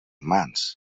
humans